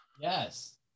Yes